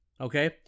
okay